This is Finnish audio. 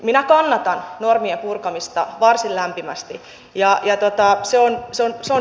minä kannatan normien purkamista varsin lämpimästi se on hyväksyttävää